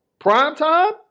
Primetime